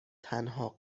تنها